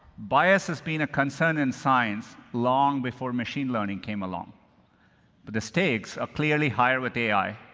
bias has been a concern in science long before machine learning came along. but the stakes are clearly higher with ai.